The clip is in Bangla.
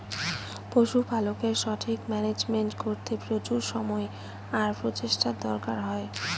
পশুপালকের সঠিক মান্যাজমেন্ট করতে প্রচুর সময় আর প্রচেষ্টার দরকার হয়